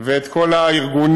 ואת כל הארגונים,